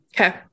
Okay